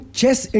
chess